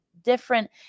different